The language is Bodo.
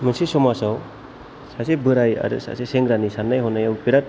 मोनसे समाजाव सासे बोराइ आरो सासे सेंग्रानि साननाय हनायाव बेराद